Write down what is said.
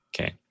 Okay